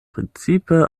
precipe